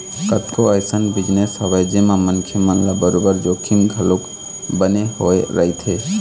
कतको अइसन बिजनेस हवय जेमा मनखे मन ल बरोबर जोखिम घलोक बने होय रहिथे